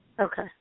Okay